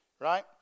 Right